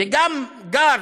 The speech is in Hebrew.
וגם גר